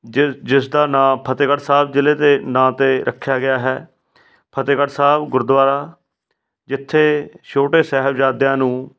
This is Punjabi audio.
ਜਿ ਜਿਸ ਦਾ ਨਾਂ ਫਤਿਹਗੜ੍ਹ ਸਾਹਿਬ ਜ਼ਿਲ੍ਹੇ ਦੇ ਨਾਂ 'ਤੇ ਰੱਖਿਆ ਗਿਆ ਹੈ ਫਤਿਹਗੜ੍ਹ ਸਾਹਿਬ ਗੁਰਦੁਆਰਾ ਜਿੱਥੇ ਛੋਟੇ ਸਾਹਿਬਜ਼ਾਦਿਆਂ ਨੂੰ